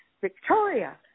Victoria